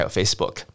Facebook